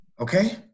okay